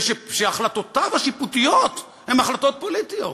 ושהחלטותיו השיפוטיות הן החלטות פוליטיות.